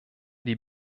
die